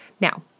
Now